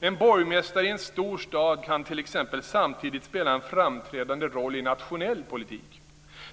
En borgmästare i en stor stad kan t.ex. samtidigt spela en framträdande roll i nationell politik.